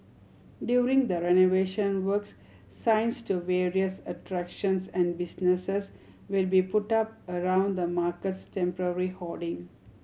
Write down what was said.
during the renovation works signs to various attractions and businesses will be put up around the market's temporary hoarding